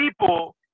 people